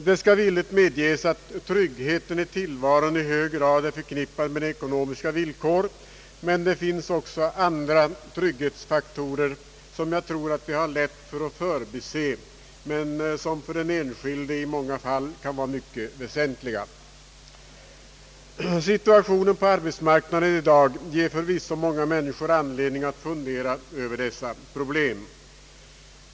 Det skall villigt medges att tryggheten i tillvaron i hög grad är förknippad med ekonomiska villkor, men det finns också andra trygghetsfaktorer som jag tror att vi har lätt att förbise men som för den enskilde i många fall kan vara mycket väsentliga. Situationen på arbetsmarknaden i dag ger förvisso många människor anledning att fundera över dessa problem.